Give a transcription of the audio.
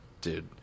Dude